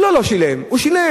הוא לא לא-שילם, הוא שילם.